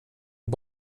det